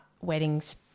weddings